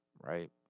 right